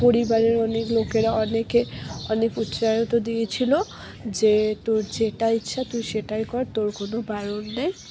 পরিবারের অনেক লোকেরা অনেকে অনেক উৎসাহ তো দিয়েছিল যে তোর যেটা ইচ্ছা তুই সেটাই কর তোর কোনও বারণ নেই